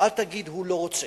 אל תגיד: הוא לא רוצה.